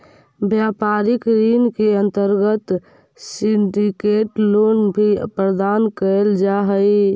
व्यापारिक ऋण के अंतर्गत सिंडिकेट लोन भी प्रदान कैल जा हई